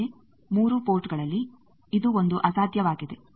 ಆದರೆ 3 ಪೋರ್ಟ್ಗಳಲ್ಲಿ ಇದು ಒಂದು ಅಸಾಧ್ಯವಾಗಿದೆ